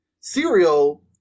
Cereal